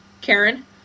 Karen